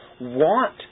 want